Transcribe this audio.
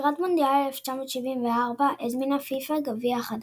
לקראת מונדיאל 1974 הזמינה פיפ"א גביע חדש.